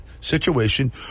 situation